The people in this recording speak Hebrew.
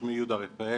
שמי יהודה רפאל,